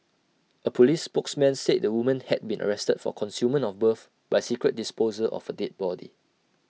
A Police spokesman said the woman had been arrested for concealment of birth by secret disposal of A dead body